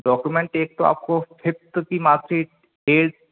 document एक तो आपको फिफ्थ की मार्कसीट एक